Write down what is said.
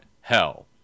Hell